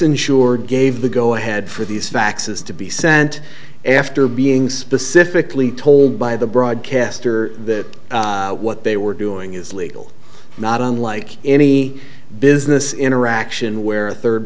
insured gave the go ahead for these faxes to be sent after being specifically told by the broadcaster that what they were doing is legal not unlike any business interaction where a third